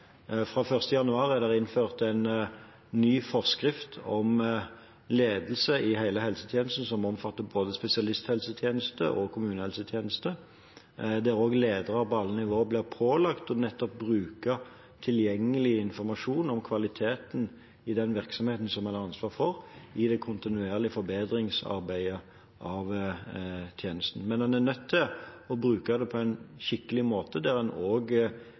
Fra 1. januar er det innført en ny forskrift om ledelse i hele helsetjenesten som omfatter både spesialisthelsetjeneste og kommunehelsetjeneste, der også ledere på alle nivåer blir pålagt å bruke tilgjengelig informasjon om kvaliteten i den virksomheten som en har ansvar for, i det kontinuerlige forbedringsarbeidet av tjenesten. Men en er nødt til å bruke det på en skikkelig måte, der en